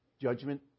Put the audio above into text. Judgment